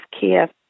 care